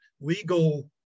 legal